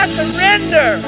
surrender